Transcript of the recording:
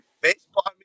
Baseball